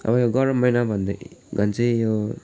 अब यो गरम महिना भने चाहिँ यो